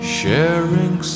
sharing